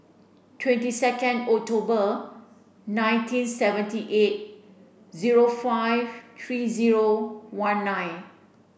twenty second October nineteen seventy eight zero five three zero one nine